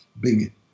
big